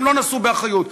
הם לא נשאו באחריות.